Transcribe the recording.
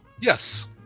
Yes